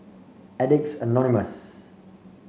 Addicts Anonymous